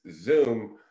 zoom